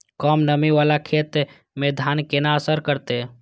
कम नमी वाला खेत में धान केना असर करते?